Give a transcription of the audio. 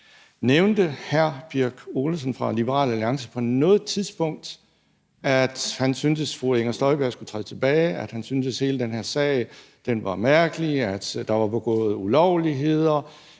Nævnte hr. Ole Birk Olesen fra Liberal Alliance på noget tidspunkt, at han syntes, at fru Inger Støjberg skulle træde tilbage, at han syntes, at hele den her sag var mærkelig, at der var begået ulovligheder;